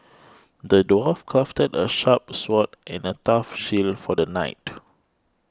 the dwarf crafted a sharp sword and a tough shield for the knight